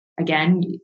again